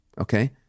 okay